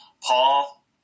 Paul